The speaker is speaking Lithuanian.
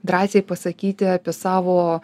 drąsiai pasakyti apie savo